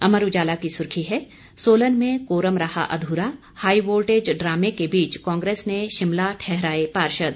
अमर उजाला की सुर्खी है सोलन में कोरम रहा अधूरा हाई वोल्टेज ड्रामे के बीच कांग्रेस ने शिमला ठहराए पार्षद